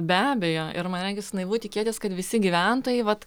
be abejo ir man regis naivu tikėtis kad visi gyventojai vat